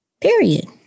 Period